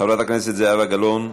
חברת הכנסת זהבה גלאון,